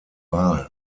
wahl